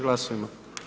Glasujmo.